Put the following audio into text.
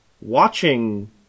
watching